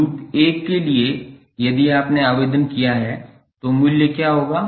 loop 1 के लिए यदि आपने आवेदन किया है तो मूल्य क्या होगा